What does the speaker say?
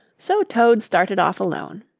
so toad started off alone.